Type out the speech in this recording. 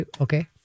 okay